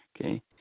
okay